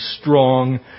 strong